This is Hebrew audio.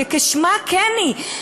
כי כשמה כן היא,